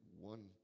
one